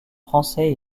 français